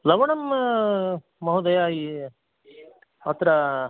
लवणं महोदय अत्र